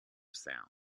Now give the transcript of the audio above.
sound